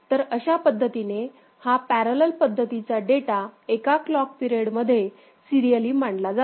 तर अशा पद्धतीने हा पॅरलल पद्धतीचा डेटा एका क्लॉक पिरेड मध्ये सिरीयली मांडला जातो